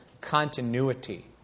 continuity